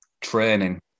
training